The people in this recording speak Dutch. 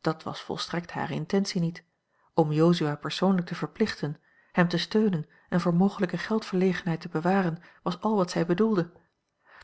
dat was volstrekt hare intentie niet oom jozua persoonlijk te verplichten hem te steunen en voor mogelijke geldverlegenheid te bewaren was al wat zij bedoelde